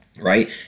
Right